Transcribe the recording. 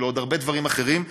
ולעוד הרבה דברים אחרים.